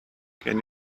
can